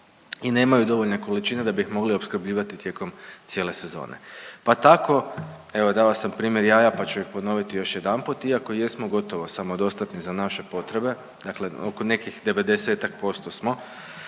i nemaju dovoljne količine da bi mogli opskrbljivati tijekom cijele sezone. Pa tako, evo dao sam primjer jaja pa ću ih ponoviti još jedanput. Iako jesmo gotovo samodostatni za naše potrebe, dakle oko nekih